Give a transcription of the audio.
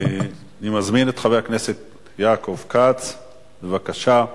אני מזמין את חבר הכנסת יעקב כץ, בבקשה.